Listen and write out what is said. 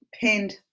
pinned